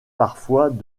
parfois